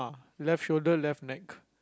left shoulder left neck